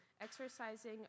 exercising